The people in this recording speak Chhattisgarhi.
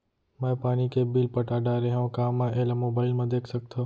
मैं पानी के बिल पटा डारे हव का मैं एला मोबाइल म देख सकथव?